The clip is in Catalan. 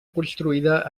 construïda